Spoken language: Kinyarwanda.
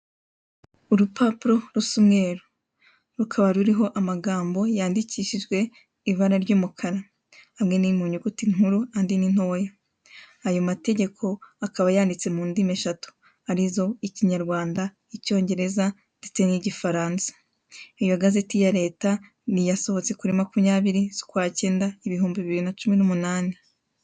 Urupapuro rusa umweru, rukaba ruriho amagambo yandikishijwe ibara ry'umukara amwe ni munyuguti nkuru andi ni ntoya, ayo mategeko akaba yanditse mu ndimi eshatu akaba arizo ikinyarwanda icyongereza ndetse n'igifaransa, iyo gazeti ya leta niyasohotse kuri makumyabiri zukwa kenda ibiri na cumi n'umunani.